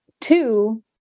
two